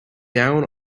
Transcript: down